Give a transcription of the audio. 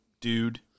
dude